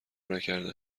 نکرده